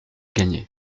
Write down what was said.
gagnée